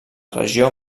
regió